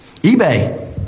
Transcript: eBay